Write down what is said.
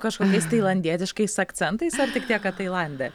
kažkokiais tailandietiškais akcentais ar tik tiek kad tailande